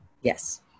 Yes